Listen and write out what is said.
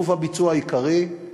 גוף הביצוע העיקרי הוא